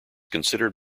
considered